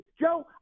Joe